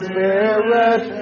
Spirit